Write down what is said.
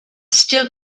still